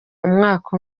umwaka